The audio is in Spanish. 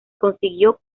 consiguió